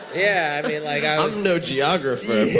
yeah, i mean like no geographer